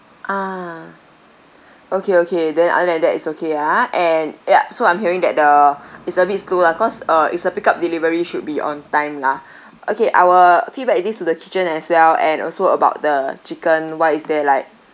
ah okay okay then other than that it's okay ah and yup so I'm hearing that the it's a bit slow lah cause uh it's a pick up delivery should be on time lah okay I will feedback this to the kitchen as well and also about the chicken why is there like